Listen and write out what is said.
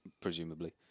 presumably